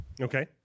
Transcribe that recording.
Okay